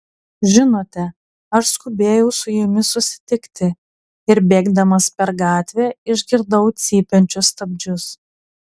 žinote aš skubėjau su jumis susitikti ir bėgdamas per gatvę išgirdau cypiančius stabdžius